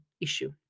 issue